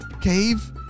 cave